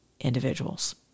individuals